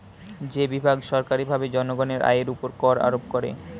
যে বিভাগ সরকারীভাবে জনগণের আয়ের উপর কর আরোপ করে